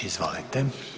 Izvolite.